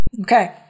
Okay